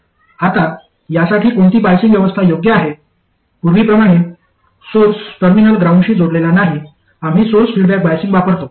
आता यासाठी कोणती बाईसिंग व्यवस्था योग्य आहे पूर्वीप्रमाणे सोर्स टर्मिनल ग्राउंडशी जोडलेला नाही आम्ही सोर्स फीडबॅक बायसिंग वापरतो